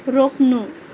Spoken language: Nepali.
रोक्नु